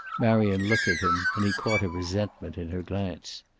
marion looked at him, and he caught a resentment in her glance.